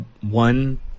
One